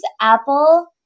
apple